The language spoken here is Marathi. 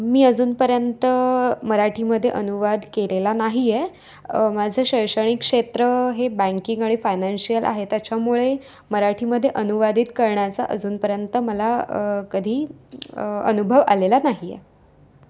मी अजूनपर्यंत मराठीमध्ये अनुवाद केलेला नाही आहे माझं शैक्षणिक क्षेत्र हे बँकिंग आणि फायनान्शिअल आहे त्याच्यामुळे मराठीमध्ये अनुवादित करण्याचा अजूनपर्यंत मला कधी अनुभव आलेला नाही आहे